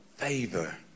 favor